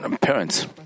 parents